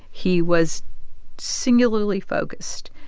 he was singularly focused,